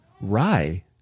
rye